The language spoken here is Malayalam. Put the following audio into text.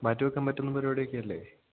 മാറ്റിവെക്കാൻ പറ്റുന്ന പരിപാടിയൊക്കെയല്ലേ